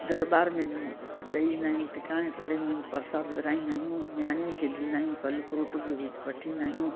दरबार में बि ॾेई ईंदा आहियूं टिकाणे टणे में बि प्रसाद विरहाईंदा आहियूं नियाणियुनि खे ॾींदा आहियूं फल फ्रूट बि वि वठिंदा आहियूं